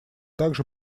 также